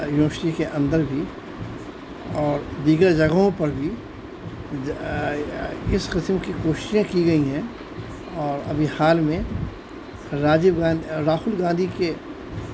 university کے اندر بھی اور دیگر جگہوں پر بھی اس قسم کی کوششیںں کی گئی ہیں اور ابھی حال میں راجیو گاندھی راہل گاندھی کے